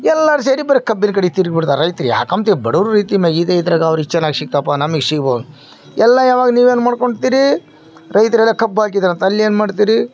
ಎಲ್ಲಾರು ಸೇರಿ ಬರೇ ಕಬ್ಬಿನ ಕಡೆ ತಿರುಗಿಬಿಡ್ತಾರ್ ರೈತ್ರು ಯಾಕಂಬ್ತೆ ಬಡವ್ರ ರೀತಿನೆ ಈಗ ಇದ್ರಾಗ ಎಲ್ಲ ಅವ್ರಿಗೆ ಚೆನ್ನಾಗ್ ಸಿಕ್ತಪ್ಪ ನಮಗ್ ಸಿಗ್ಬೋದ್ ಎಲ್ಲ ಯಾವಾಗ ನೀವೇನು ಮಾಡ್ಕೊತಿರಿ ರೈತರೆಲ್ಲ ಕಬ್ಬಾಕಿದಾರಂತು ಅಲ್ಲಿ ಏನು ಮಾಡ್ತಿರಿ